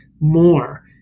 more